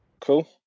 Cool